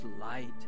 light